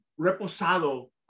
reposado